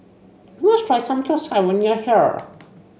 you must try Samgyeopsal when you are here